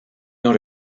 not